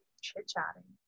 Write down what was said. chit-chatting